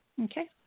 Okay